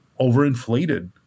overinflated